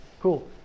cool